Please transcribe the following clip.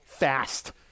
fast